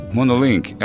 Monolink